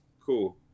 Cool